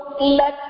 let